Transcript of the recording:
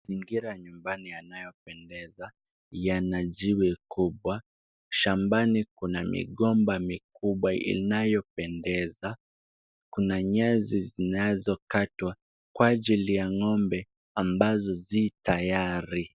Mazingira ya nyumbani yanayopendeza yana jiwe kubwa. Shambani kuna migomba mikubwa inayopendeza. Kuna nyasi zinazokatwa kwa ajili ya ngombe ambazo zi tayari.